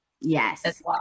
Yes